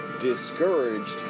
discouraged